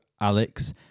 Alex